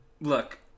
Look